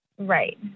Right